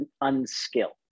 unskilled